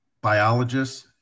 biologists